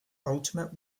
ultimate